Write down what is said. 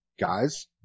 Guys